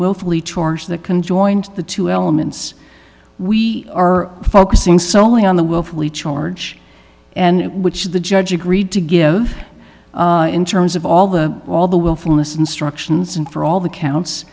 willfully chores that can join the two elements we are focusing solely on the willfully charge and which the judge agreed to give in terms of all the all the willfulness instructions and for all the counts